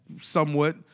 somewhat